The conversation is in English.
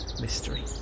mystery